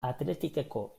athleticeko